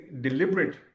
deliberate